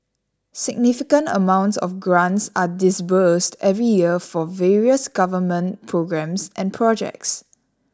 significant amounts of grants are disbursed every year for various Government programmes and projects